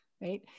right